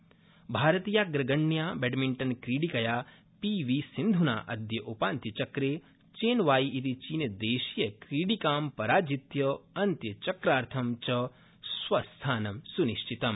badminton भारतीयाप्रगण्या बैडमिन्टनक्रीडिकया P V सिन्धूना अद्य उपान्त्यचक्रे चेन वाई इति चीन देशीयक्रीडिकां पराजित्य अन्त्यचक्रार्थं च स्वस्थानं सुनिश्चितम्